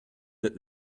that